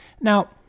Now